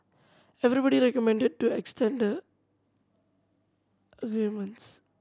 everybody recommended to extend the agreement